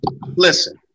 listen